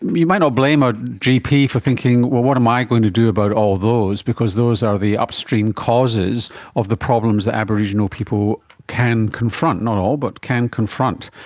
you might not blame a gp for thinking, well, what am i going to do about all those, because those are the upstream causes of the problems that aboriginal people can confront, not all, all, but can confront.